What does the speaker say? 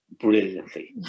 brilliantly